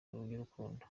y’urukundo